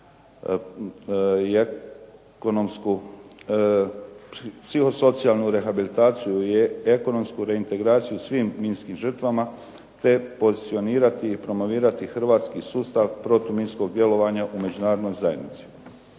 psihosocijalnu rehabilitaciju i ekonomsku reintegraciju svim minskim žrtvama, te pozicionirati i promovirati hrvatski sustav protuminskog djelovanja u Međunarodnoj zajednici.